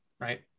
right